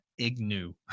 IGNU